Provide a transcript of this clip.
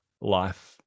life